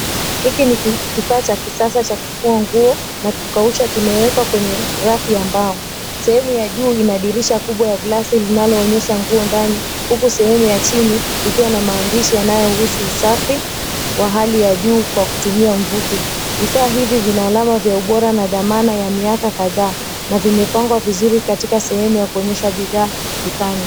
Hiki ni kifaa cha kisasa cha kufua nguo na kukausha kimewekwa kwenye rafu ya mbao. Sehemu ya juu ina dirisha kubwa ya glasi linaloonyesha nguo ndani, huku sehemu ya chini ikiwa na maandishi yanayohusu usafi wa hali ya juu kwa kutumia mvuke. Vifaa hivi vina alama vya ubora na dhamana ya miaka kadhaa, na vimepangwa vizuri katika sehemu ya kuonyesha bidhaa dukani.